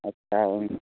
आदसा